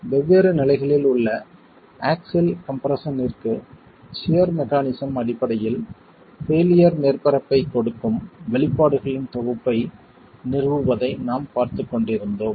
வெவ்வேறு நிலைகளில் உள்ள ஆக்ஸில் கம்ப்ரெஸ்ஸன்ற்கு சியர் மெக்கானிசம் அடிப்படையில் பெயிலியர் மேற்பரப்பைக் கொடுக்கும் வெளிப்பாடுகளின் தொகுப்பை நிறுவுவதை நாம் பார்த்துக் கொண்டிருந்தோம்